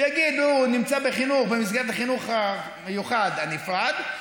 ויגידו: נמצא במסגרת החינוך המיוחד הנפרד,